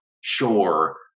sure